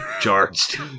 charged